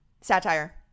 satire